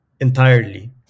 entirely